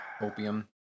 opium